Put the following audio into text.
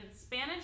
Spanish